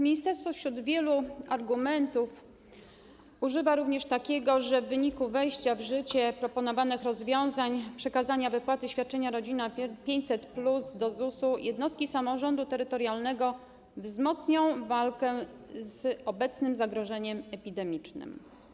Ministerstwo wśród wielu argumentów używa również takiego, że w wyniku wejścia w życie proponowanych rozwiązań, czyli przekazania wypłaty świadczeń z programu „Rodzina 500+” do ZUS, jednostki samorządu terytorialnego wzmocnią walkę z obecnym zagrożeniem epidemicznym.